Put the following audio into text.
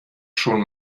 schon